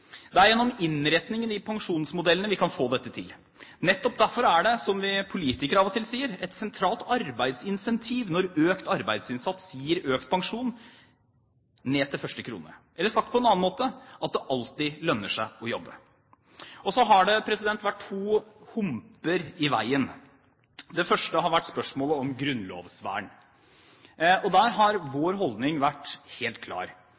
Det er gjennom innretningen i pensjonsmodellene vi kan få dette til. Nettopp derfor er det, som vi politikere av og til sier, et sentralt arbeidsincentiv når økt arbeidsinnsats gir økt pensjon ned til første krone, eller sagt på en annen måte: at det alltid lønner seg å jobbe. Så har det vært to humper i veien. Den første har vært spørsmålet om grunnlovsvern. Der har vår holdning vært helt klar,